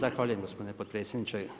Zahvaljujem gospodine potpredsjedniče.